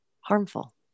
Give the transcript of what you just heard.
harmful